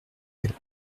elle